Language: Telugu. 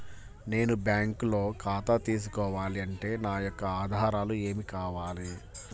నేను బ్యాంకులో ఖాతా తీసుకోవాలి అంటే నా యొక్క ఆధారాలు ఏమి కావాలి?